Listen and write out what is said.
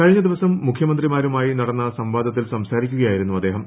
കഴിഞ്ഞദിവസം മുഖ്യമന്ത്രിമാരുമായി നടത്തി സംവാദത്തിൽ സംസാരിക്കുകയായിരുന്നു അദ്ദേഹം